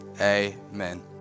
Amen